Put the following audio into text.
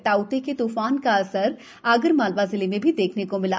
ताउ ते तूफान का असर आगरमालवा जिले में भी देखने को मिला